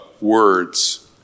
words